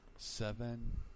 Seven